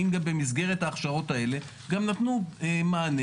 האם גם במסגרת ההכשרות האלה גם נתנו מענה